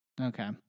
Okay